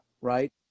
Right